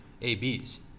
ABs